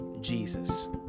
Jesus